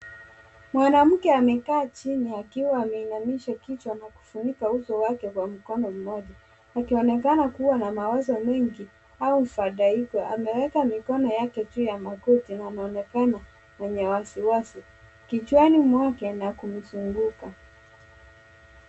Mwanamke amekaa chini akiwa ameinamisha kichwa na kufunika uso wake kwa mkono mmoja. Akionekana kuwa na mawazo mengi au mfadhaiko. Ameweka mikono yake juu ya magoti na anaonekana mwenye wasiwasi, kichwani mwake na kumzunguka.